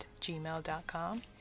gmail.com